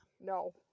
no